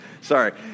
Sorry